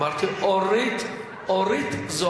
אמרתי: אורית זוארץ.